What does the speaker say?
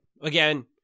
Again